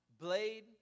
Blade